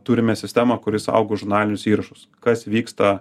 turime sistemą kuri saugo žurnalinius įrašus kas vyksta